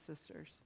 sisters